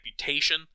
amputation